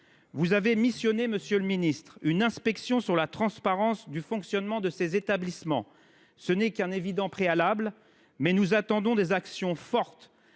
vous avez missionné une inspection sur la transparence du fonctionnement de ces établissements. Ce n’est qu’un évident préalable, mais nous attendons des actions fortes